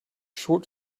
short